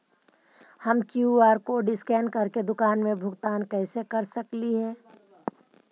हम QR code scan करके दुकान में भुगतान कैसे कर सकली हे?